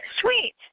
sweet